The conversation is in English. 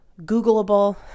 Googleable